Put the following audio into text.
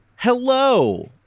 Hello